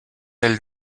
elle